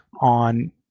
on